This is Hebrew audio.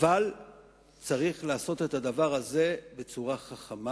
אבל צריך לעשות את הדבר הזה בצורה חכמה